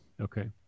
Okay